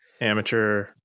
amateur